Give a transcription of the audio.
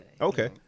Okay